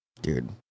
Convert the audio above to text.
Dude